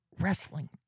wrestling